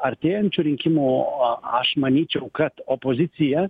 artėjančių rinkimų o aš manyčiau kad opozicija